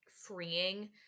freeing